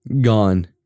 Gone